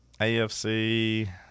AFC